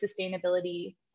sustainability